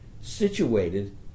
situated